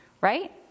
right